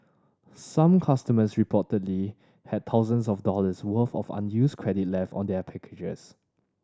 some customers reportedly have thousands of dollars worth of unused credit left on their packages